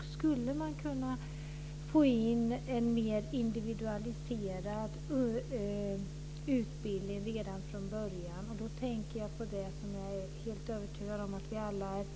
Skulle man kunna få in en mer individualiserad utbildning redan från början? Då tänker jag på det som jag är helt övertygad om att vi alla är